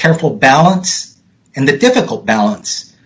careful balance and the difficult balance